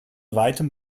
weitem